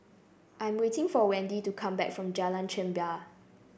I'm waiting for Wendi to come back from Jalan Chempah